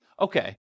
okay